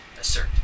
assert